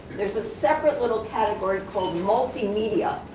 there's a separate little category called multimedia,